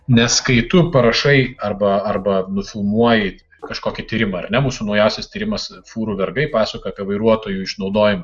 nes kai tu parašai arba arba nufilmuoji kažkokį tyrimą ar ne mūsų naujausias tyrimas fūrų vergai pasakoja apie vairuotojų išnaudojimą